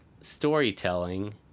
storytelling